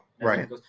right